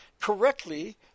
correctly